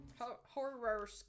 Horror